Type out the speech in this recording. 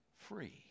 free